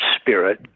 spirit